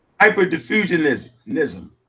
Hyperdiffusionism